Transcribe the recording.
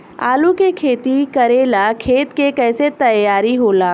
आलू के खेती करेला खेत के कैसे तैयारी होला?